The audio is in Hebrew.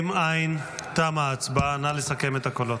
אם אין, תמה ההצבעה, נא לסכם את הקולות.